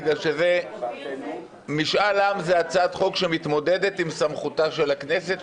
בגלל שמשאל עם זו הצעת חוק שמתמודדת עם סמכותה של הכנסת,